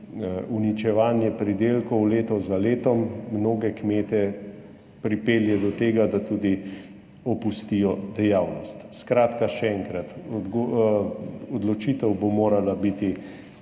uničevanje pridelkov leto za letom mnoge kmete pripelje do tega, da tudi opustijo dejavnost. Skratka, še enkrat, odločitev bo morala biti